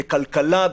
בכלכלה,